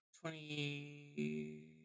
Twenty